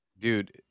dude